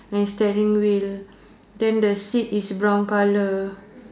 and steering wheel then the seat is brown colour